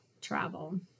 travel